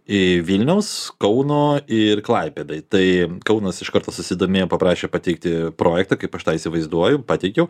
į vilniaus kauno ir klaipėdai tai kaunas iš karto susidomėjo paprašė pateikti projektą kaip aš tą įsivaizduoju pateikiau